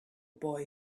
boy